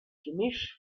gemisch